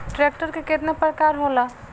Tractor के केतना प्रकार होला?